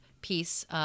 piece